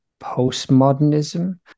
postmodernism